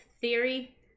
theory